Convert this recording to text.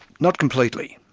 not completely.